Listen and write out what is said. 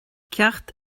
ceacht